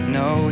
no